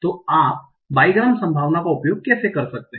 तो आप बाईग्राम संभावना का उपयोग कैसे कर सकते हैं